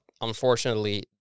unfortunately